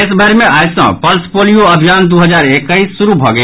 देशभरि मे आई सँ पल्स पोलियो अभियान दू हजार एक्कैस शुरू भऽ गेल